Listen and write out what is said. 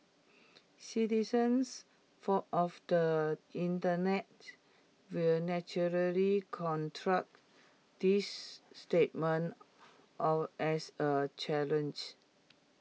citizens for of the Internet will naturally this statement as A challenge